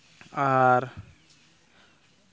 ᱟᱨ